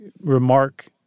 remark